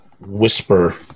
whisper